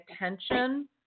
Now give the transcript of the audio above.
attention